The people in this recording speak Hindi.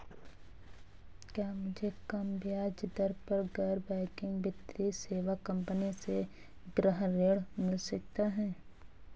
क्या मुझे कम ब्याज दर पर गैर बैंकिंग वित्तीय सेवा कंपनी से गृह ऋण मिल सकता है?